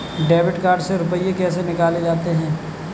Debit card से रुपये कैसे निकाले जाते हैं?